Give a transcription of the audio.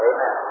Amen